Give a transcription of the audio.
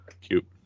Cute